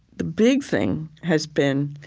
the big thing has been,